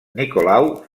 nicolau